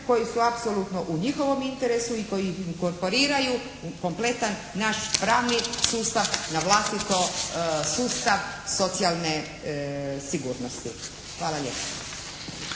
koji su apsolutno u njihovom interesu i koji ih korporiraju u naš kompletan naš pravni sustav, navlastito sustav socijalne sigurnosti. Hvala lijepa.